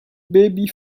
baby